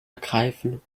ergreifen